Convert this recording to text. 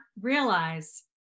realize